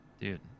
Dude